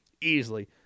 Easily